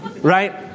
Right